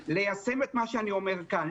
ליישם את מה שאני אומר כאן.